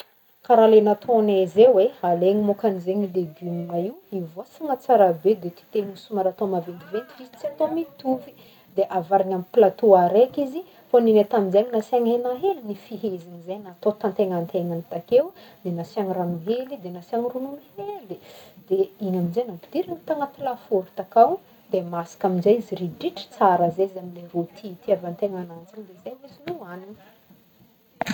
Karaha lay nataonay zay hoe alaigny môkany zegny légume io, ivoasagny tsara be de titehina somary maventiventy fa izy tsy atao mitovy de avarigna amy plateau araiky izy fô ninay taminjaigny nasiagny hena hely nifehezigny zay natao tantegnantenagny takeo de nasiagna rano hely de nasiagna ronono hely igny amzay nampidirina tagnaty lafaoro takao de masaka amzay izy ridritry tsara zay izy amle rô tia itiavan'tegna agnanjy igny de zay vô izy nohanigny.